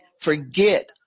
forget